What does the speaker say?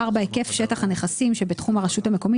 היקף שטח הנכסים שבתחום הרשות המקומית